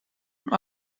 und